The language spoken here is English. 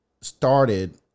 started